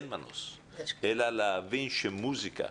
אלא להבין שמוסיקה